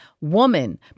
woman